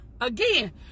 again